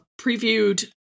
previewed